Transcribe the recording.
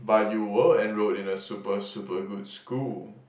but you were enrolled in a super super good school